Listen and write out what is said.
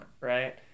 right